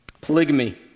Polygamy